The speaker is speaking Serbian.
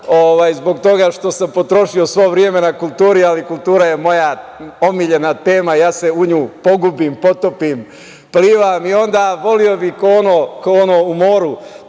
zbog toga što sam potrošio svo vreme na kulturi, ali kultura je moja omiljena tema, ja se u nju pogubim, potopim, plivam i onda bih voleo kao ono u toplom